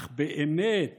אך באמת